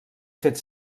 fet